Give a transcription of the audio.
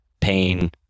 pain